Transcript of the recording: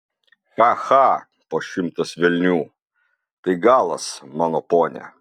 cha cha po šimtas velnių tai galas mano pone